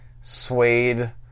suede